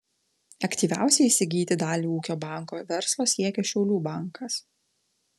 aktyviausiai įsigyti dalį ūkio banko verslo siekia šiaulių bankas